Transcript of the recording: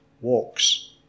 walks